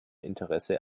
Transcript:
interesse